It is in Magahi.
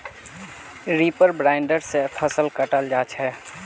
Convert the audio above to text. रीपर बाइंडर से फसल कटाल जा छ